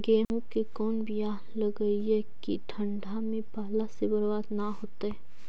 गेहूं के कोन बियाह लगइयै कि ठंडा में पाला से बरबाद न होतै?